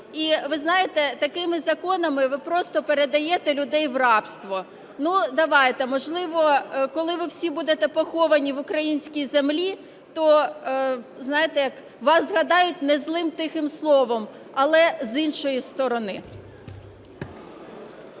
І ви знаєте, такими законами ви просто передаєте людей в рабство. Давайте, можливо, коли ви всі будете поховані в українській землі, то знаєте, вас згадають незлим тихим словом, але з іншої сторони.